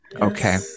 Okay